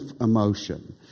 emotion